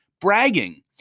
Bragging